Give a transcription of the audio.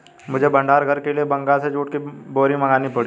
मुझे भंडार घर के लिए बंगाल से जूट की बोरी मंगानी पड़ी